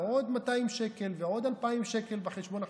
עוד 200 שקל ועוד 2,000 שקל בחשבון החודשי.